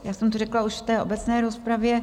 Já jsem to řekla už v obecné rozpravě.